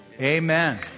Amen